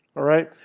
all right?